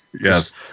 yes